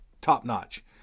top-notch